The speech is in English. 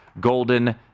Golden